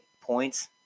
points